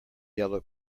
yellow